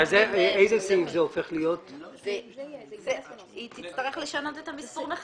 סעיף 76. כאן אנחנו מגיעים לסימן שלמעשה עוסק